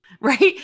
right